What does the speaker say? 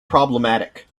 problematic